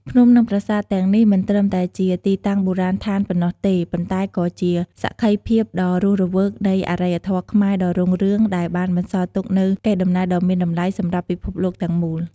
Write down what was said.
ភ្នំ និងប្រាសាទទាំងនេះមិនត្រឹមតែជាទីតាំងបុរាណដ្ឋានប៉ុណ្ណោះទេ ប៉ុន្តែក៏ជាសក្ខីភាពដ៏រស់រវើកនៃអរិយធម៌ខ្មែរដ៏រុងរឿងដែលបានបន្សល់ទុកនូវកេរដំណែលដ៏មានតម្លៃសម្រាប់ពិភពលោកទាំងមូល។